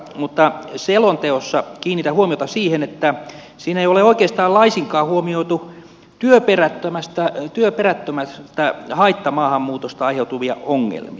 mutta selonteossa kiinnitän huomiota siihen että siinä ei ole oikeastaan laisinkaan huomioitu työperättömästä haittamaahanmuutosta aiheutuvia ongelmia